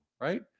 right